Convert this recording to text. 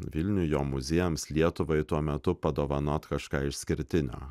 vilniui jo muziejams lietuvai tuo metu padovanot kažką išskirtinio